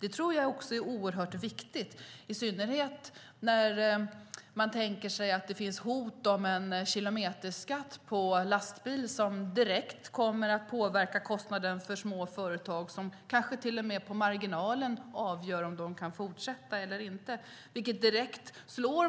Det tror jag är oerhört viktigt, i synnerhet när man tänker sig att det finns hot om en kilometerskatt för lastbil, som direkt kommer att påverka kostnaden för små företag och som kanske till och med på marginalen avgör om de kan fortsätta eller inte. Det slår direkt